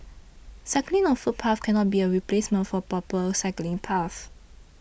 cycling on footpaths cannot be a replacement for proper cycling paths